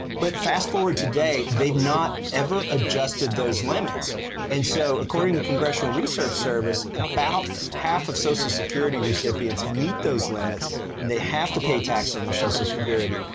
but fast forward today, they've not ever adjusted those limits and so according to congressional research service, about half of social security recipients meet those limits and they have to pay tax on their social security.